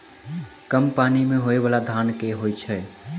कम पानि मे होइ बाला धान केँ होइ छैय?